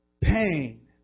Pain